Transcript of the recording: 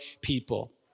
people